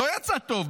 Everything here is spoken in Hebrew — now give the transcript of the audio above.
לא יצא טוב.